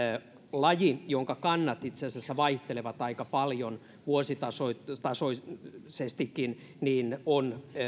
laji jonka kannat itse asiassa vaihtelevat aika paljon vuositasoisestikin on